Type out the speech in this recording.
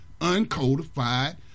uncodified